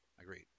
Agreed